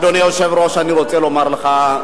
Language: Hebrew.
אדוני היושב-ראש, אני רוצה לומר לך,